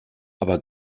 aber